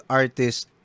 artist